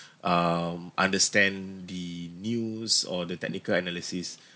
um understand the news or the technical analysis